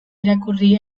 irakurri